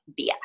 BS